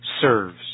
serves